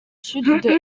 sud